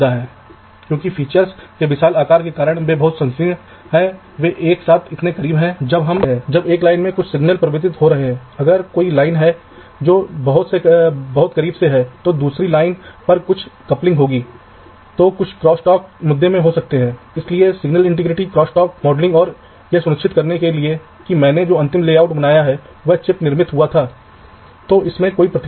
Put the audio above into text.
उदाहरण के लिए जैसा कि मैंने कहा कि आप कह सकते हैं कि बिजली के लिए आपकी रेखा इस तरह दिख सकती है एक बहुत मोटी रेखा से शुरू करें वहाँ से आप अपनी शक्ति को दो अलग अलग रेखाओं तक पहुँचाएँ यह कुछ इस तरह पतला होगा